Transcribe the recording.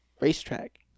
racetrack